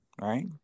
right